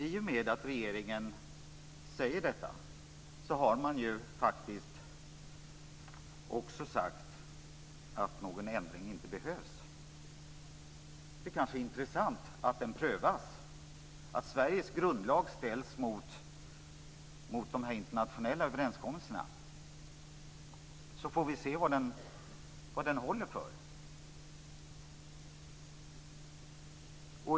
I och med att regeringen säger detta har man faktiskt också sagt att någon ändring inte behövs. Det kanske är intressant att Sveriges grundlag prövas, att den ställs mot de internationella överenskommelserna, så att vi får se vad den håller för.